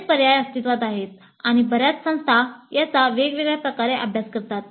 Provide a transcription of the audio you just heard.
बरेच पर्याय अस्तित्वात आहेत आणि बर्याच संस्था याचा वेगवेगळ्या प्रकारे अभ्यास करतात